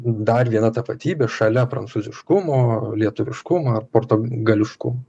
dar viena tapatybė šalia prancūziškumo lietuviškumo ar portugališkumo